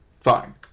Fine